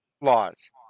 laws